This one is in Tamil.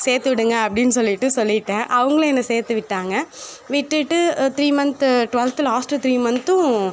சேர்த்துவிடுங்க அப்படினு சொல்லிட்டு சொல்லிட்டேன் அவங்களும் என்ன சேர்த்துவிட்டாங்க விட்டுட்டு three month twelfth last three மந்த்தும்